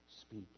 speak